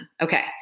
okay